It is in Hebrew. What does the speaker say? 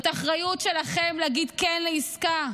זאת האחריות שלכם להגיד כן לעסקה,